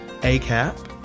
ACAP